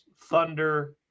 Thunder